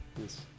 Yes